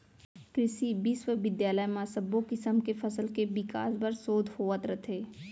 कृसि बिस्वबिद्यालय म सब्बो किसम के फसल के बिकास बर सोध होवत रथे